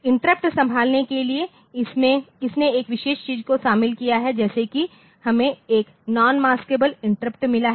interrupt सँभालने के लिए इसने एक विशेष चीज़ को शामिल किया है जैसे कि हमें एक नॉन मस्क़ब्ले इंटरप्ट मिला है